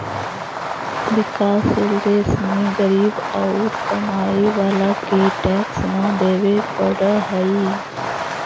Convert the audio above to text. विकासशील देश में गरीब औउर कमाए वाला के टैक्स न देवे पडऽ हई